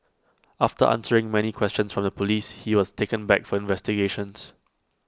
after answering many questions from the Police he was taken back for investigations